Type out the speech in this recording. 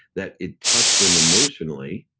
that it touched them emotionally.